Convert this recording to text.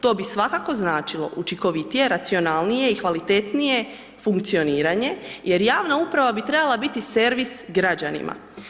To bi svakako značilo, učinkovitije, racionalnije i kvalitetnije funkcioniranje jer javna uprava bi trebala biti servis građanima.